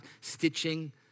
stitching